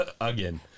Again